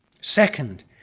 Second